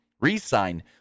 Resign